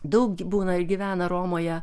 daug būna ir gyvena romoje